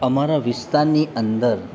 અમારા વિસ્તારની અંદર